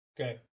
Okay